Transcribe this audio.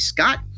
Scott